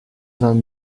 vingt